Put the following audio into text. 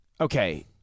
Okay